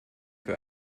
für